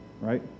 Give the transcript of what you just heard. right